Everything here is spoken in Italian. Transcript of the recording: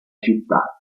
città